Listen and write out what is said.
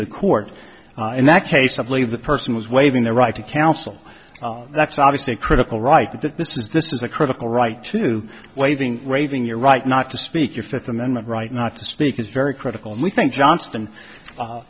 court in that case i believe the person was waiving the right to counsel that's obviously critical right that this is this is a critical right to waiving raising your right not to speak your fifth amendment right not to speak is very critical and we think johnston